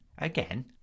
Again